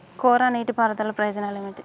కోరా నీటి పారుదల ప్రయోజనాలు ఏమిటి?